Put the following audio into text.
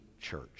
church